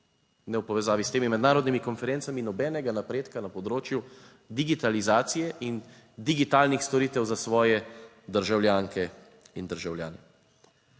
ne v povezavi s temi mednarodnimi konferencami nobenega napredka na področju digitalizacije in digitalnih storitev za svoje državljanke in državljane.